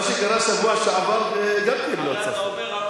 מה שקרה בשבוע שעבר גם לא היה צפוי.